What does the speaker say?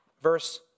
Verse